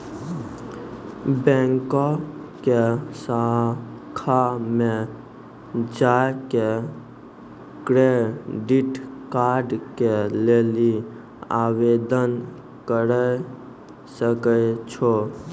बैंको के शाखा मे जाय के क्रेडिट कार्ड के लेली आवेदन करे सकै छो